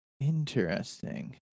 interesting